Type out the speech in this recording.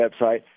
website